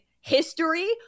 history